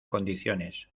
condiciones